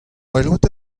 welet